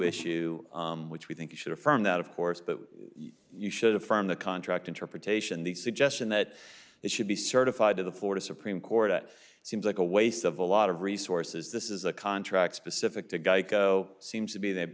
issue which we think should affirm that of course but you should affirm the contract interpretation the suggestion that it should be certified to the florida supreme court it seems like a waste of a lot of resources this is a contract specific to geico seems to be th